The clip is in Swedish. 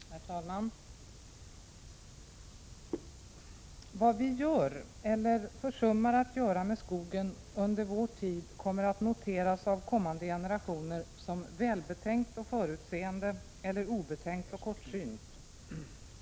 Herr talman! ”Vad vi gör eller försummar att göra med skogen under vår tid kommer att noteras av kommande generationer som välbetänkt och förutseende eller obetänkt och kortsynt.